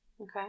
Okay